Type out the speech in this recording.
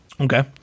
okay